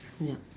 ya